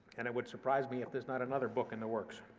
and it would surprise me if there's not another book in the works.